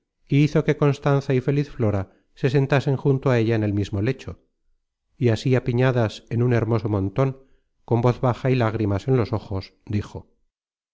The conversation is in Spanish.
y hizo que constanza y feliz flora se sentasen junto a ella en el mismo lecho y así apiñadas en un hermoso monton con voz baja y lágrimas en los ojos dijo